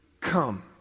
come